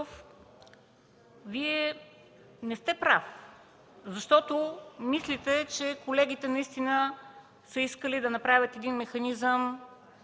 Вие не сте прав, защото мислите, че колегите наистина са искали да направят механизъм